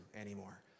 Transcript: anymore